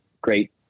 great